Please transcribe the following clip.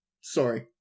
Sorry